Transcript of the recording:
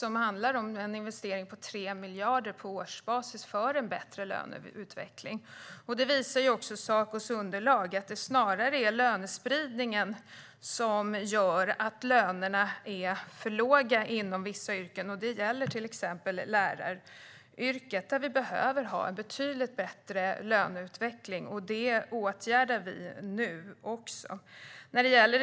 Det handlar om en investering på 3 miljarder på årsbasis för en bättre löneutveckling. Sacos underlag visar att det snarare är lönespridningen som gör att lönerna är för låga inom vissa yrken. Det gäller till exempel läraryrket. Här behöver vi ha en betydligt bättre löneutveckling, vilket vi nu åtgärdar.